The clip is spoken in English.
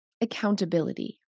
accountability